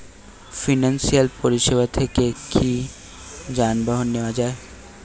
Financial পরিসেবা থেকে কি যানবাহন নেওয়া যায়?